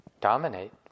dominate